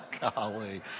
Golly